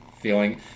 feeling